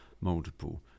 multiple